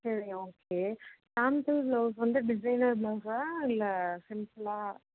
சரி okay sample blouse வந்து designer பிளவுஸா இல்லை சிம்பிளா